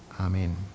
Amen